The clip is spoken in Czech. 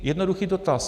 Jednoduchý dotaz.